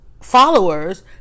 followers